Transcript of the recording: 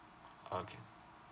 okay